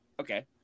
Okay